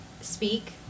speak